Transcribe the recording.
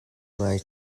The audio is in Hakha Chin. ngai